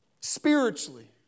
spiritually